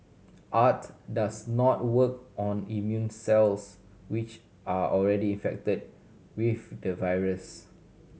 art does not work on immune cells which are already infected with the virus